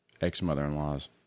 ex-mother-in-law's